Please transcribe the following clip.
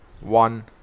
one